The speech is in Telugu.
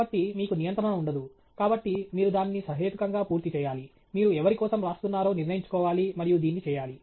కాబట్టి మీకు నియంత్రణ ఉండదు కాబట్టి మీరు దానిని సహేతుకంగా పూర్తి చేయాలి మీరు ఎవరి కోసం రాస్తున్నారో నిర్ణయించుకోవాలి మరియు దీన్ని చేయాలి